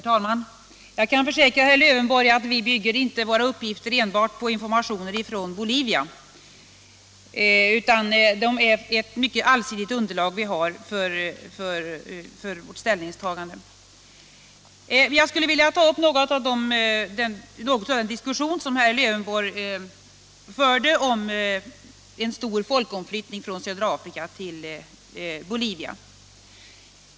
Herr talman! Jag kan försäkra herr Lövenborg att vi inte bygger våra uppgifter enbart på informationer från Bolivia. Vi har ett mycket allsidigt underlag för vårt ställningstagande. Jag skulle vilja ta upp den diskussion som herr Lövenborg förde om en stor folkomflyttning från södra Afrika till Bolivia.